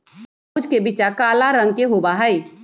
तरबूज के बीचा काला रंग के होबा हई